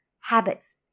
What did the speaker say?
habits